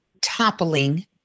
toppling